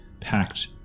packed